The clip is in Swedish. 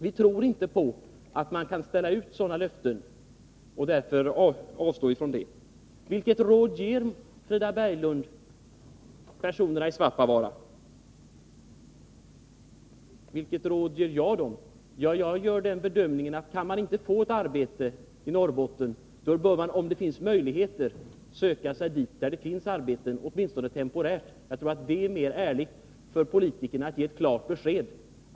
Vi tror inte på att man kan ställa ut sådana löften, och därför avstår vi från det. Vilket råd ger Frida Berglund människorna i Svappavaara? Vilket råd ger jag dem? Ja, jag gör den bedömningen att kan man inte få ett arbete i Norrbotten, bör man söka sig dit där det finns arbeten åtminstone temporärt. Jag tror att det är mer ärligt av politikerna att ge ett klart besked.